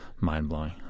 mind-blowing